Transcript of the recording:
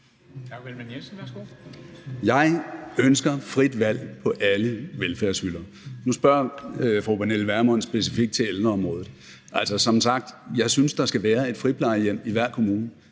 Jeg ønsker frit valg på alle velfærdshylder. Nu spørger fru Pernille Vermund specifikt til ældreområdet. Altså, som sagt synes jeg, at der skal være et friplejehjem i hver kommune